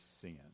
sin